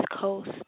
Coast